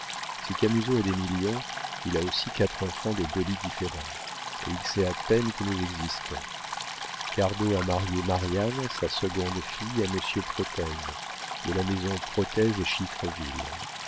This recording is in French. si camusot a des millions il a aussi quatre enfants de deux lits différents et il sait à peine que nous existons cardot a marié marianne sa seconde fille à monsieur protez de la maison protez et